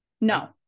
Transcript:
No